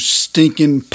stinking